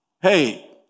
Hey